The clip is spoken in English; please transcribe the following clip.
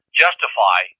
justify